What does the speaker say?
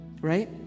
right